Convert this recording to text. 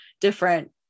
different